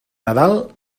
nadal